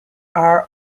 are